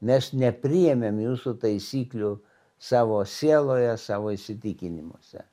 mes nepriėmėm jūsų taisyklių savo sieloje savo įsitikinimuose